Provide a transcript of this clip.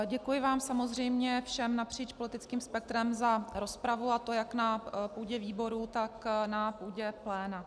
Děkuji vám samozřejmě všem napříč politickým spektrem za rozpravu, a to jak na půdě výboru, tak na půdě pléna.